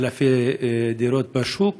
ואלפי דירות היו בשוק,